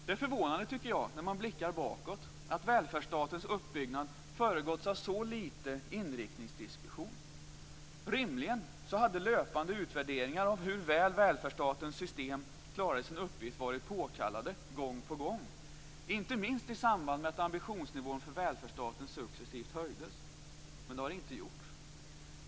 Jag tycker att det är förvånande när man blickar bakåt att välfärdsstatens uppbyggnad föregåtts av så lite inriktningsdiskussion. Rimligen hade löpande utvärderingar av hur väl välfärdsstatens system klarade sin uppgift varit påkallade gång på gång, inte minst i samband med att ambitionsnivån för välfärdsstaten successivt höjdes, men det har inte gjorts.